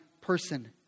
person